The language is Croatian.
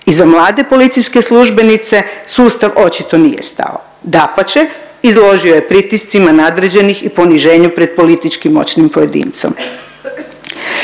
I za mlade policijske službenice sustav očito nije stao. Dapače, izložio je pritiscima nadređenih i poniženju pred politički moćnim pojedincem.